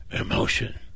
emotion